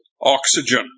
oxygen